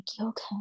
okay